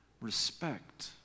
respect